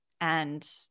And-